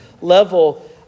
level